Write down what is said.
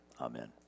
Amen